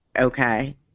okay